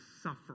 suffer